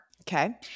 Okay